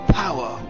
power